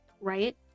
right